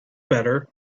better